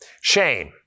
shame